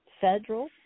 federal